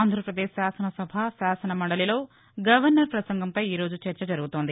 ఆంధ్రాపదేశ్ శాసన సభ శాసన మందలిలో గవర్నర్ ప్రసంగంపై ఈరోజు చర్చ జరుగుతోంది